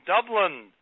Dublin